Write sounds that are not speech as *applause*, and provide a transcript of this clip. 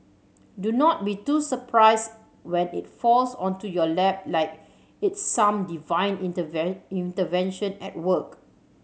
do not be too surprised when it falls onto your lap like it's some divine *unintelligible* intervention at work